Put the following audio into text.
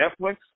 Netflix